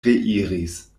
reiris